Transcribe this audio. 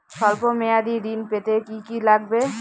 সল্প মেয়াদী ঋণ পেতে কি কি লাগবে?